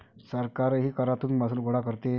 सरकारही करातून महसूल गोळा करते